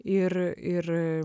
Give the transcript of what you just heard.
ir ir